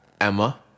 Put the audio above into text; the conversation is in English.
Emma